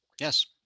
Yes